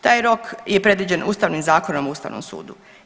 Taj rok je predviđen Ustavnim zakonom o ustavnom sudu.